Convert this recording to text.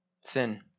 Sin